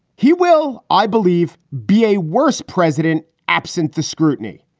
he will, i believe, be a worse president. absent the scrutiny.